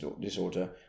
disorder